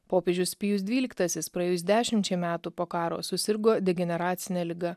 popiežius pijus dvyliktasis praėjus dešimčiai metų po karo susirgo degeneracine liga